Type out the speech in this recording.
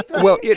well, you